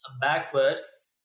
backwards